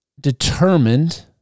determined